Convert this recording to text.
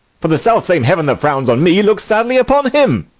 for the selfsame heaven that frowns on me looks sadly upon him.